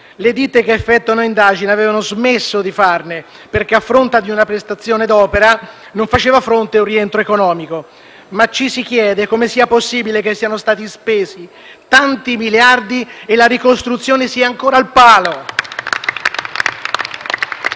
Le ditte che effettuano indagini avevano smesso di farne perché, a fronte di una prestazione d’opera, non corrispondeva un rientro economico. Ci si chiede come sia possibile che siano stati spesi tanti miliardi e la ricostruzione sia ancora al palo. (Applausi